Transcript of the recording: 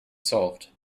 solved